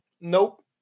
Nope